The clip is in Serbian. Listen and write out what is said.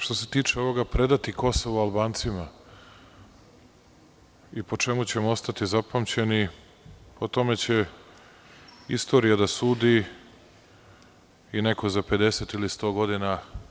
Što se tiče ovoga – predati Kosovo Albancima i po čemu ćemo ostati zapamćeni, o tome će istorija da sudi i neko za 50 ili 100 godina.